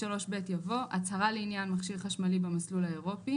יבוא: "הצהרה לעניין מכשיר חשמלי במסלול האירופי"